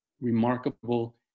remarkable